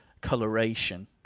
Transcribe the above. coloration